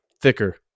thicker